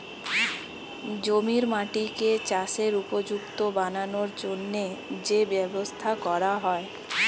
জমির মাটিকে চাষের উপযুক্ত বানানোর জন্যে যে ব্যবস্থা করা হয়